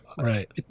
right